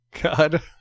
God